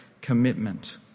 commitment